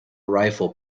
rifle